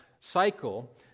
cycle